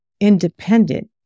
independent